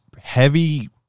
heavy